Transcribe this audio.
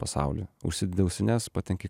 pasaulį užsidedi ausines patenki